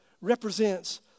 represents